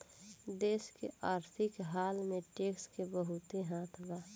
देश के आर्थिक हाल में टैक्स के बहुते हाथ बा